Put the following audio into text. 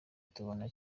tubona